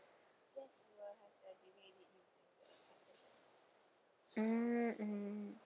mm mm